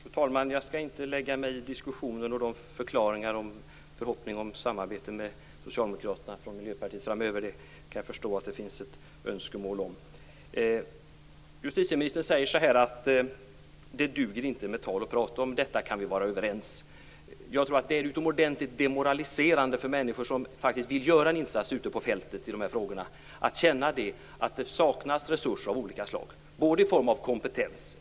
Fru talman! Jag skall inte lägga mig i Miljöpartiets diskussioner och förhoppningar om samarbete med Socialdemokraterna framöver. Jag kan förstå att det finns ett sådant önskemål. Justitieministern säger att det inte duger med att tala om saker. Om detta kan vi vara överens. Jag tror att det är utomordentligt demoraliserande för människor som faktiskt vill göra en insats ute på fältet i dessa frågor att känna att det saknas resurser av olika slag, bl.a. i form av kompetens.